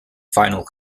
final